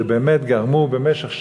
שבאמת גרמו במשך שנים,